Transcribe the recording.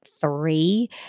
three